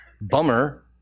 Bummer